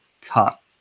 cut